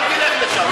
רועי, אל תלך לשם.